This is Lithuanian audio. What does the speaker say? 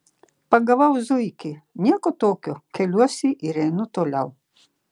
pagavau zuikį nieko tokio keliuosi ir einu toliau